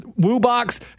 WooBox